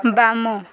ବାମ